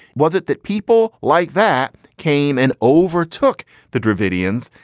was it that people like that came and overtook the dravidian?